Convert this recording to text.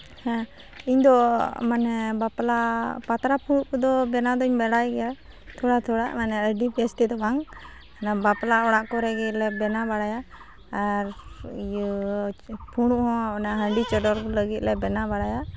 ᱦᱮᱸ ᱤᱧ ᱫᱚ ᱢᱟᱱᱮ ᱵᱟᱵᱯᱞᱟ ᱯᱟᱛᱲᱟ ᱯᱷᱩᱲᱩᱜ ᱠᱚᱫᱚ ᱵᱮᱱᱟᱣ ᱫᱩᱧ ᱵᱟᱲᱟᱭ ᱜᱮᱭᱟᱼᱛᱷᱚᱲᱟ ᱛᱷᱚᱲᱟ ᱢᱟᱱᱮ ᱟᱹᱰᱤ ᱵᱮᱥ ᱛᱮᱫᱚ ᱵᱟᱝ ᱦᱟᱱᱟ ᱵᱟᱯᱞᱟ ᱚᱲᱟᱜ ᱠᱚᱨᱮᱞ ᱜᱮᱞᱮ ᱵᱮᱱᱟᱣ ᱵᱟᱲᱟᱭᱟ ᱟᱨ ᱤᱭᱟᱹ ᱯᱷᱩᱲᱩᱜ ᱦᱚᱸ ᱚᱱᱟ ᱦᱟᱺᱰᱤ ᱪᱚᱰᱚᱨ ᱞᱟᱹᱜᱤᱫ ᱞᱮ ᱵᱮᱱᱟᱣ ᱵᱟᱲᱟᱭᱟ